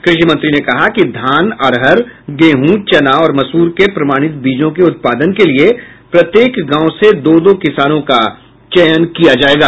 कृषि मंत्री ने कहा कि धान अरहर गेहूं चना और मसूर के प्रमाणित बीजों के उत्पादन के लिये प्रत्येक गांव से दो दो किसानों का चयन किया जायेगा